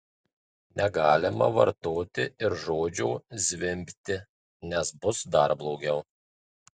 negalima vartoti ir žodžio zvimbti nes bus dar blogiau